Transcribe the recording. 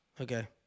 Okay